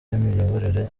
n’imiyoborere